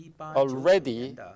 already